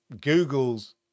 Google's